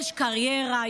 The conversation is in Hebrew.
יש קריירה,